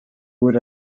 would